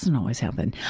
and always happen.